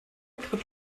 griff